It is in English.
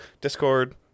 discord